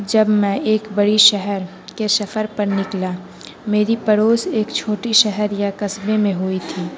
جب میں ایک بڑی شہر کے سفر پر نکلا میری پڑوس ایک چھوٹی شہر یا قصبے میں ہوئی تھی